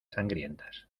sangrientas